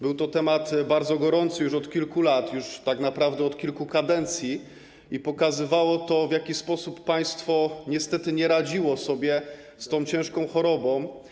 Był to temat bardzo gorący już od kilku lat, tak naprawdę od kilku kadencji, i pokazywało to, że państwo niestety nie radziło sobie z tą ciężką chorobą.